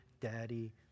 Daddy